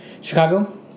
Chicago